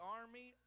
army